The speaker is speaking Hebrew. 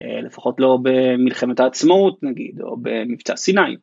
לפחות לא במלחמת העצמאות נגיד או במבצע סיני.